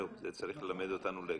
זהו, זה צריך ללמד אותנו לקח.